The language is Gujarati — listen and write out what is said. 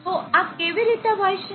તો આ કેવી રીતે વહેશે